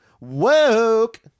Woke